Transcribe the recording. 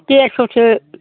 देरस'सो